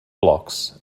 blocks